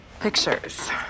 pictures